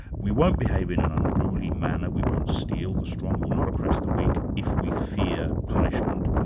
we won't behave in an unruly manner, we won't steal, the strong will not oppress the weak, if we fear punishment.